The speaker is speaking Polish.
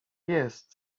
jest